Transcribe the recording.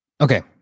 Okay